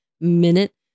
minute